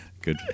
Good